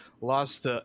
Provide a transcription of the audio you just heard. lost